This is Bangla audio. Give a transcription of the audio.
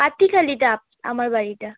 আপ আমার বাড়িটা